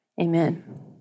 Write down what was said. Amen